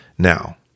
Now